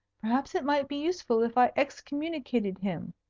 perhaps it might be useful if i excommunicated him,